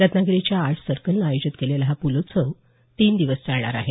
रत्नागिरीच्या आर्ट सर्कलनं आयोजित केलेला हा पुलोत्सव तीन दिवस चालणार आहे